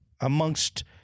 amongst